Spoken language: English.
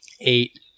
Eight